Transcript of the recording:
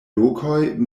lokoj